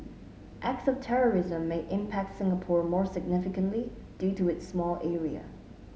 acts of terrorism may impact Singapore more significantly due to its small area